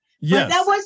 Yes